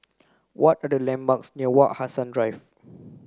what are the landmarks near Wak Hassan Drive